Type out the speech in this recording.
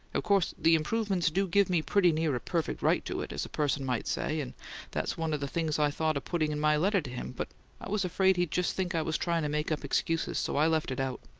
of course, the improvements do give me pretty near a perfect right to it, as person might say and that's one of the things i thought of putting in my letter to him but i was afraid he'd just think i was trying to make up excuses, so i left it out.